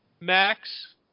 Max